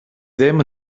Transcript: ddim